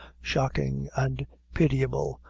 shocking, and pitiable,